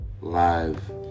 live